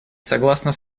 согласно